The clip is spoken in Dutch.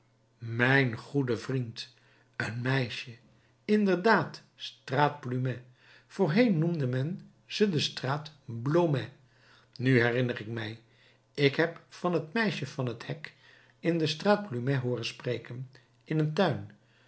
mijn goede vriend een meisje inderdaad straat plumet voorheen noemde men ze de straat blomet nu herinner ik mij ik heb van het meisje van het hek in de straat plumet hooren spreken in een tuin